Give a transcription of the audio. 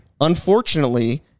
unfortunately